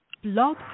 Blog